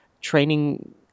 training